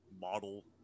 model